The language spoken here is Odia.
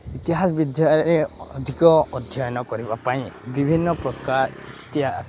ଇତିହାସ ବିଷୟରେ ଅଧିକ ଅଧ୍ୟୟନ କରିବା ପାଇଁ ବିଭିନ୍ନପ୍ରକାର